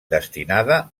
destinada